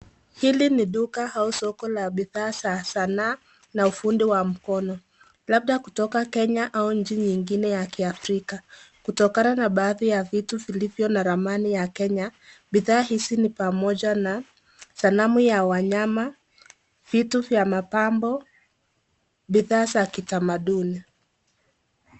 Hili ni duka au soko la bidhaa za sanaa na ufundi wa mkono, labda kutoka kenya au nchi nyingine ya kiafrika. Kutokana na baadhi ya vitu vilivyo na ramani ya kenya, bidhaa hizi ni pamoja na sanamu ya wanyama, vitu vya mapambo, bidhaa za kitamaduni.